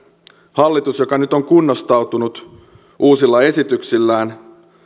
hallitus joka nyt on kunnostautunut uusilla esityksillään